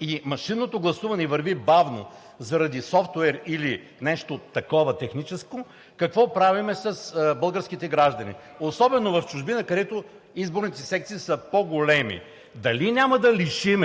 и машинното гласуване върви бавно заради софтуер или нещо такова техническо, какво правим с българските граждани, особено в чужбина, където изборните секции са по-големи? Дали няма да лишим